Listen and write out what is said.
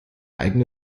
eigene